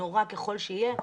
נורא ככל שיהיה,